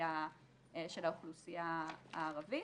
האוכלוסייה הערבית.